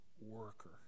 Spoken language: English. worker